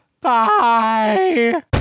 Bye